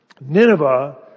Nineveh